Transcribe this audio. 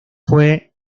fue